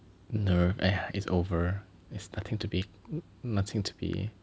nerv~ !aiya! it's over it's nothing to be nothing to be nervous about